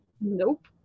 Nope